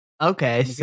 okay